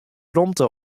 romte